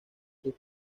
sus